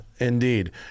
Indeed